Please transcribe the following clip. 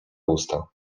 usta